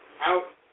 out